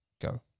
go